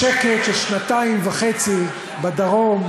שקט של שנתיים וחצי בדרום.